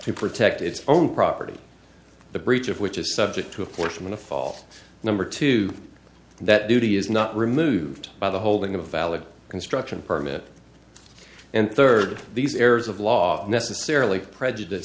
to protect its own property the breach of which is subject to apportion the fault number two that duty is not removed by the holding of a valid construction permit and third these errors of law necessarily prejudice